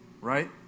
right